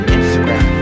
Instagram